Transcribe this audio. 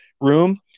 room